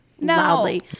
loudly